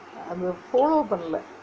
அது ஒரு:athu oru follow பன்னலே:pannalae